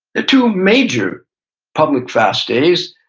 the two major public fast days,